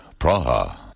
Praha